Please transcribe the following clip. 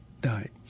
died